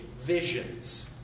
visions